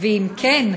2. אם כן,